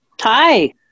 Hi